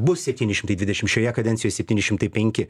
bus septyni šimtai dvidešim šioje kadencijoj septyni šimtai penki